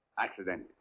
Accidentally